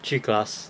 去 class